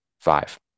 five